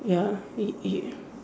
ya you you